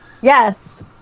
Yes